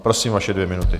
Prosím, vaše dvě minuty.